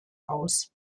aus